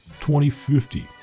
2050